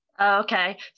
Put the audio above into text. Okay